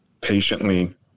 patiently